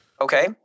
Okay